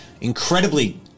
incredibly